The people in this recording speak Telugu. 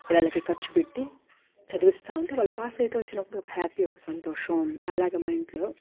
పిల్లలకి ఖర్చు పెట్టి చదివిస్తావుంటే వాళ్ళు పాస్ అవుతూ వచ్చినప్పుడు ఒక హ్యాపీ ఒక సంతోషం అలాగ మా ఇంట్లో